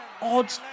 odd